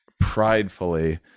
pridefully